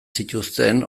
zituzten